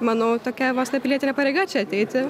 manau tokia vos ne pilietinė pareiga čia ateiti